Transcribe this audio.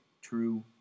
true